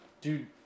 dude